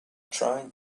trying